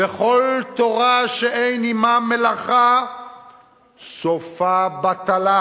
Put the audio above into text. וכל תורה שאין עמה מלאכה סופה בטלה,